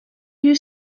you